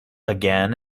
again